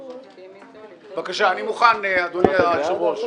בבקשה, אני מוכן, אדוני היושב-ראש.